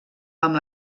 amb